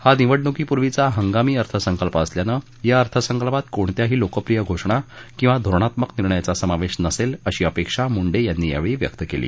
हा निवडणुकीपूर्वीचा हंगामी अर्थसंकल्प असल्यानं या अर्थसंकल्पात कोणत्याही लोकप्रिय घोषणा किंवा धोरणात्मक निर्णयाचा समावेश नसेल अशी अपेक्षा मुंडे यांनी यावेळी व्यक्त केली